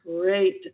great